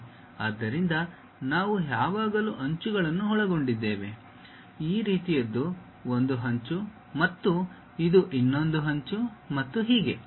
ಆದ್ದರಿಂದ ನಾವು ಯಾವಾಗಲೂ ಅಂಚುಗಳನ್ನು ಒಳಗೊಂಡಿದ್ದೇವೆ ಈ ರೀತಿಯದ್ದು ಒಂದು ಅಂಚು ಮತ್ತು ಇದು ಇನ್ನೊಂದು ಅಂಚು ಮತ್ತು ಹೀಗೆ